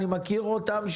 אני מכיר אותם,